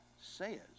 says